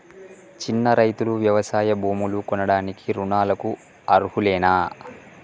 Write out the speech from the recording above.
చిన్న రైతులు వ్యవసాయ భూములు కొనడానికి రుణాలకు అర్హులేనా?